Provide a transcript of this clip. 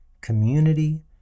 community